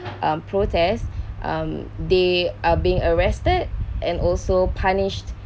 um protests um they are being arrested and also punished